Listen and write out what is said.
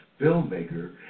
filmmaker